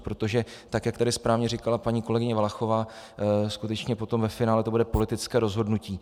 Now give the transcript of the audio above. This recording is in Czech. Protože tak jak tady správně říkala paní kolegyně Valachová, skutečně potom ve finále to bude politické rozhodnutí.